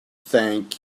thank